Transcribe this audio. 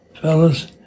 fellas